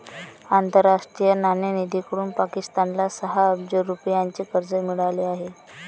आंतरराष्ट्रीय नाणेनिधीकडून पाकिस्तानला सहा अब्ज रुपयांचे कर्ज मिळाले आहे